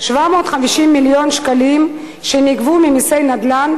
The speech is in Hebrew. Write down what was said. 750 מיליון שקלים שנגבו ממסי נדל"ן,